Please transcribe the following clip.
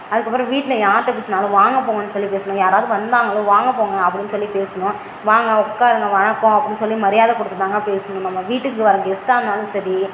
அதுக்கப்புறம் வீட்டில் யாருகிட்ட பேசினாலும் வாங்க போங்கணு சொல்லி பேசணுங்க யாராவது வந்தங்களோ வாங்க போங்க அப்படினு சொல்லி பேசணும் வாங்க உட்காருங்க வணக்கம் அப்படினு மரியாதை கொடுத்துதாங்க பேசணும் நம்ம வீட்டுக்கு வர கெஸ்ட்டாக இருந்தாலும் சரி